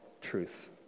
truth